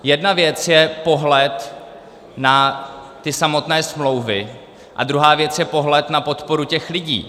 Jedna věc je pohled na ty samotné smlouvy a druhá věc je pohled na podporu těch lidí.